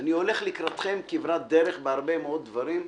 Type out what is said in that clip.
אני הולך לקראתכם כברת דרך בהרבה מאוד דברים.